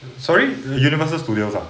sorry the universal studios ah